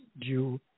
due